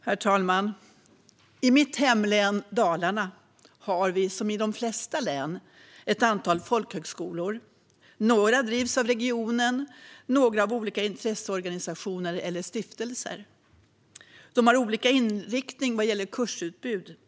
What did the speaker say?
Herr talman! I mitt hemlän Dalarna har vi, som i de flesta län, ett antal folkhögskolor. Några drivs av regionen och några av olika intresseorganisationer eller stiftelser. De har olika inriktningar vad gäller kursutbud.